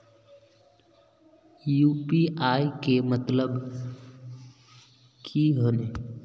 UPI के मतलब की होने?